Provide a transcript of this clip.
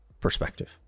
perspective